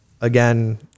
again